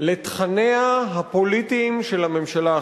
לתכניה הפוליטיים של הממשלה החדשה,